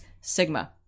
Sigma